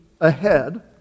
ahead